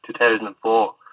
2004